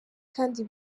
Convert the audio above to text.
kandi